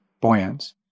buoyant